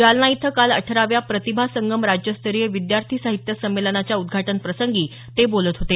जालना इथं काल अठराव्या प्रतिभा संगम राज्यस्तरीय विद्यार्थी साहित्य संमेलनाच्या उदघाटन प्रसंगी ते बोलत होते